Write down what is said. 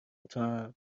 توام